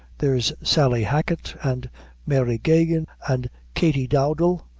there's sally hacket, and mary geoghegan, and katy dowdall,